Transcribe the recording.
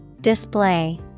Display